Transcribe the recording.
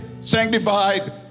sanctified